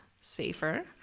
safer